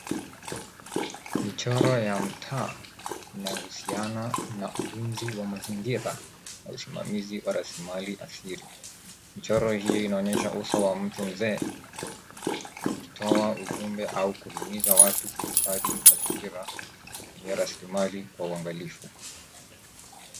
Michoro ya mtaa inahusiana na ulinzi wa mazingira na usimamizi wa rasilimali asili. Michoro hiyo inaonyesha uso wa mtu mzee akitoa ujumbe au kuhimiza watu kuhifadhi mazingira na kutumia rasilimali kwa uangalifu.